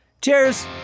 Cheers